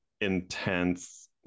intense